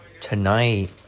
Tonight